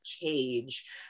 cage